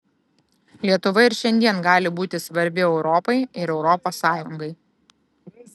lietuva ir šiandien gali būti svarbi europai ir europos sąjungai